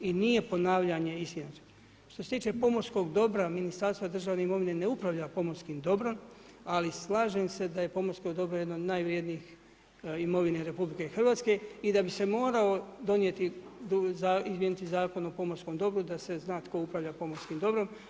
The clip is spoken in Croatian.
I nije ponavljanje … Što se tiče pomorskog dobra Ministarstva državne imovine, ne upravlja pomorskim dobrom, ali slažem se da je pomorsko dobro jedan od najvrjednijih imovine RH i da bi se morao donijeti, izmijeniti Zakon o pomorskom dobru da se zna tko upravlja pomorskim odborom.